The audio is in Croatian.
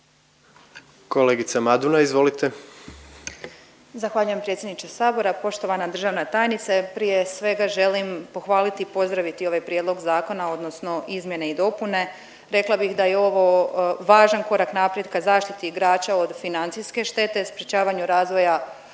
Sanda Livia (HDZ)** Zahvaljujem predsjedniče Sabora. Poštovana državna tajnice, prije svega želim pohvaliti i pozdraviti ovaj prijedlog zakona, odnosno izmjene i dopune. Rekla bih da je ovo važan korak naprijed ka zaštiti igrača od financijske štete, sprječavanju razvoja